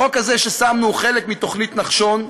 החוק הזה ששמנו הוא חלק מתוכנית נחשון,